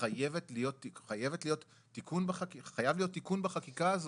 וחייב להיות תיקון בחקיקה הזאת,